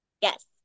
Yes